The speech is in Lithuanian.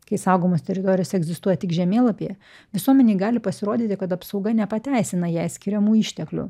kai saugomos teritorijos egzistuoja tik žemėlapyje visuomenei gali pasirodyti kad apsauga nepateisina jai skiriamų išteklių